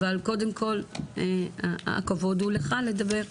אבל קודם כל הכבוד הוא לך לדבר.